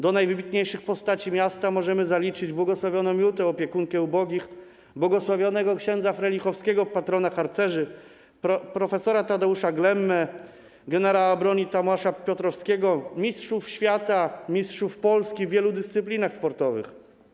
Do najwybitniejszych postaci miasta możemy zaliczyć błogosławioną Jutę, opiekunkę ubogich, błogosławionego ks. Frelichowskiego, patrona harcerzy, prof. Tadeusza Glemmę, generała broni Tomasza Piotrowskiego, mistrzów Polski i mistrzów świata w wielu dyscyplinach sportowych.